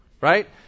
Right